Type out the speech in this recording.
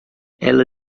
ela